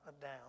down